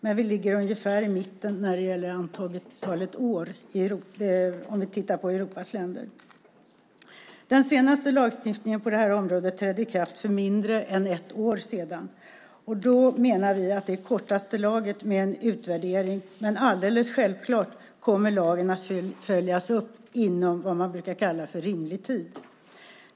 Men när det gäller antalet år ligger vi ungefär i mitten sett till Europas länder. Den senaste lagstiftningen på det här området trädde i kraft för mindre än ett år sedan. Därför menar vi att det är i kortaste laget att göra en utvärdering. Men alldeles självklart kommer lagen att följas upp inom vad man brukar kalla för rimlig tid.